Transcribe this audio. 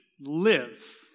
live